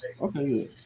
Okay